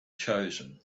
chosen